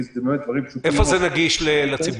זה דברים פשוטים -- איפה זה נגיש לציבור?